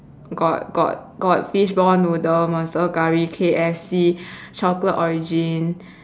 got got got fishball noodle monster curry K_F_C chocolate origin